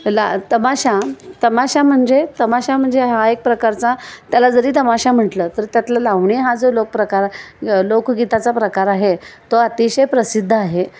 ला तमाशा तमाशा म्हणजे तमाशा म्हणजे हा एक प्रकारचा त्याला जरी तमाशा म्हटलं तर त्यातला लावणी हा जो लोकप प्रकार लोकगीताचा प्रकार आहे तो अतिशय प्रसिद्ध आहे